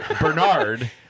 Bernard